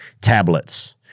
tablets